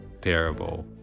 Terrible